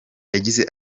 yagize